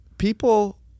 People